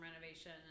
renovation